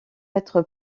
être